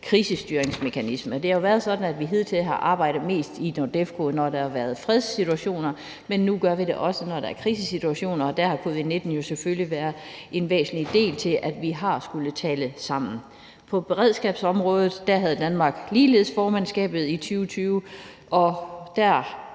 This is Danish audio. krisestyringsmekanisme. Det har jo været sådan, at vi hidtil har arbejdet mest i NORDEFCO, når der har været fredssituationer, men nu gør vi det også, når der er krisesituationer, og der har covid-19 jo selvfølgelig været en væsentlig del, i forhold til at vi har skullet tale sammen. Kl. 15:22 På beredskabsområdet havde Danmark ligeledes formandskabet i 2020, og der